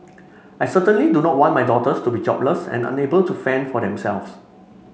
I certainly do not want my daughters to be jobless and unable to fend for themselves